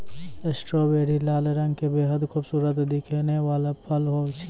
strawberry लाल रंग के बेहद खूबसूरत दिखै वाला फल होय छै